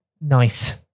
nice